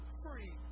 free